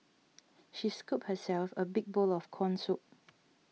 she scooped herself a big bowl of Corn Soup